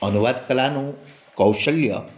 અનુવાદ કલાનું કૌશલ્ય